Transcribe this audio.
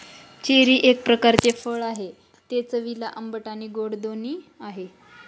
cherry एक प्रकारचे फळ आहे, ते चवीला आंबट आणि गोड दोन्ही आहे